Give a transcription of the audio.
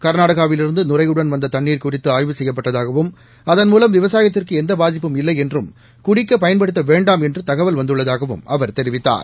கர்நாடகாவிலிருந்து நுரையுடன் வந்த தண்ணீர் குறித்து ஆய்வு செய்யப்பட்டதாகவும் அதன் மூலம் விவசாயத்திற்கு எந்த பாதிப்பும் இல்லை என்றும் குடிக்க பயன்படுத்த வேண்டாம் என்று தகவல் வந்துள்ளதாகவும் அவர் தெரிவித்தார்